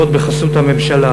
ועוד בחסות הממשלה,